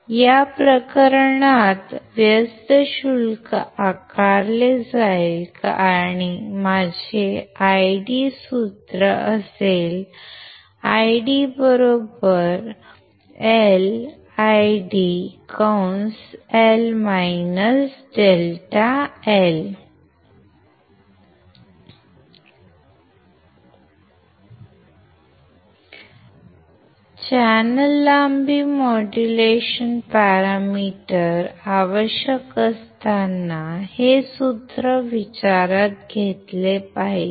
या प्रकरणात व्यस्त शुल्क आकारले जाईल आणि माझे ID सूत्र असेल ID LIDL ∆L IDkn2WL2 1λVDS channel लांबी मॉड्यूलेशन पॅरामीटर आवश्यक असताना हे सूत्र विचारात घेतले पाहिजे